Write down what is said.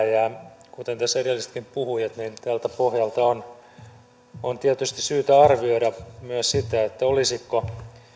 ja kuten edellisetkin puhujat viittasivat tältä pohjalta on on tietysti syytä arvioida myös sitä olisiko